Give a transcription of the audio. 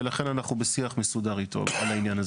ולכן אנחנו בשיח מסודר איתו על העניין הזה.